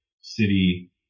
City